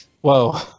Whoa